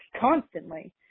constantly